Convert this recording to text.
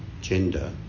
gender